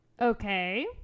Okay